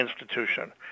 institution